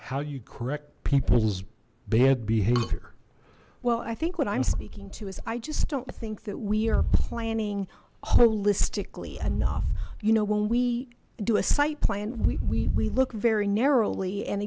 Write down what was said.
how you correct people's bad behavior well i think what i'm speaking to is i just don't think that we are planning holistically enough you know when we do a site plan we look very narrowly and